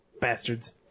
Bastards